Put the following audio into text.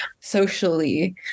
socially